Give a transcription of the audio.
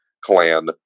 clan